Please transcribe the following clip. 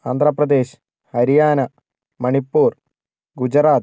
Andhra Pradesh Haryana Manipur Gujarat